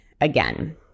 again